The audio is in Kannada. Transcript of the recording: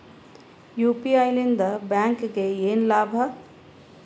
ಯು.ಪಿ.ಐ ಲಿಂದ ಬ್ಯಾಂಕ್ಗೆ ಏನ್ ಲಾಭ?